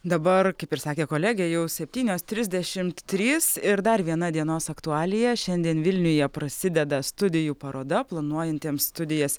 dabar kaip ir sakė kolegė jau septynios trisdešimt trys ir dar viena dienos aktualija šiandien vilniuje prasideda studijų paroda planuojantiems studijas